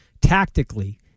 tactically